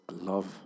love